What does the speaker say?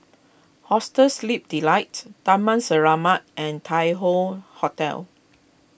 Hostel Sleep Delight Taman Selamat and Tai Hoe Hotel